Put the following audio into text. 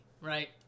right